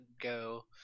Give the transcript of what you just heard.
go